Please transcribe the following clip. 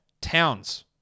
Towns